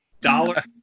dollar